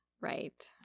Right